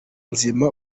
nzima